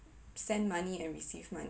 send money and receive money